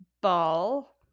ball